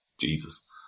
jesus